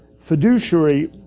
fiduciary